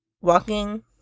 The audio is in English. walking